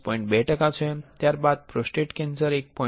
2 ટકા છે ત્યારબાદ પ્રોસ્ટેટ કેન્સર 1